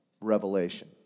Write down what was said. revelation